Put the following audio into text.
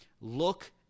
Look